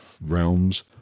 realms